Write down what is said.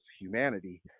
humanity